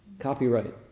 copyright